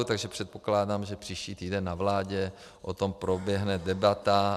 Takže předpokládám, že příští týden na vládě o tom proběhne debata.